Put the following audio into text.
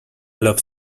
love